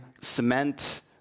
cement